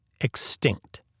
Extinct